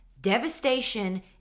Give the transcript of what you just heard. Devastation